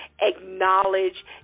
acknowledge